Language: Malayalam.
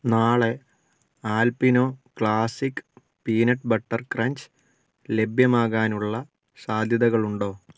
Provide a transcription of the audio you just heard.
നാളെ Alpino classic peanut butter crunch ലഭ്യമാകാനുള്ള സാധ്യതകളുണ്ടോ